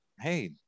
hey